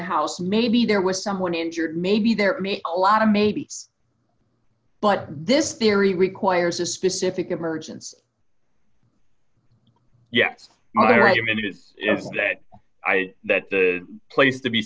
house maybe there was someone injured maybe there are a lot of maybe but this theory requires a specific emergency yes i recommended that i that the place to be